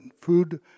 Food